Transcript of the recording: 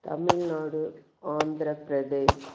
Tamil Nadu Andhra Pradesh